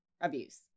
abuse